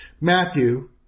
Matthew